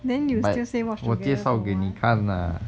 then you might say watch together for what